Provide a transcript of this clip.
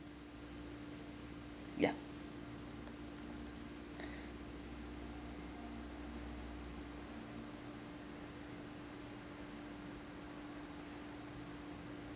yup